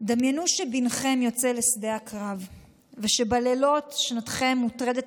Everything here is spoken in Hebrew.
"דמיינו שבנכם יוצא לשדה הקרב ושבלילות שנתכם מוטרדת